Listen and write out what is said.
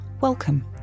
welcome